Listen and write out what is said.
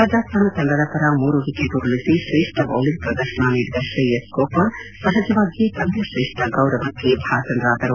ರಾಜಸ್ವಾನ ತಂಡದ ಪರ ಮೂರು ವಿಕೆಟ್ ಉರುಳಿಸಿ ತ್ರೇಷ್ಠ ಬೌಲಿಂಗ್ ಪ್ರದರ್ಶನ ನೀಡಿದ ಶ್ರೇಯಸ್ ಗೋಪಾಲ್ ಸಹಜವಾಗಿಯೇ ಪಂದ್ಯ ಶ್ರೇಷ್ಠ ಗೌರವಕ್ಕೆ ಭಾಜನರಾದರು